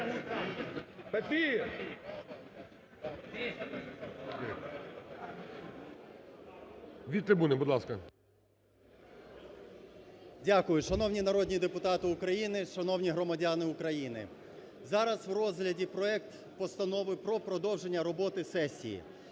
Дякую. Шановні народні депутати України! Шановні громадяни України! Зараз в розгляді проект Постанови про продовження роботи сесії.